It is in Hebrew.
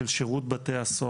של שירות בתי הסוהר,